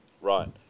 Right